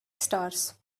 stars